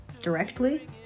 directly